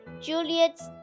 Juliet's